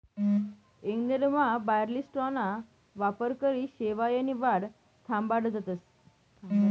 इंग्लंडमा बार्ली स्ट्राॅना वापरकरी शेवायनी वाढ थांबाडतस